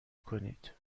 کنید